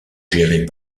gérées